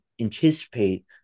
anticipate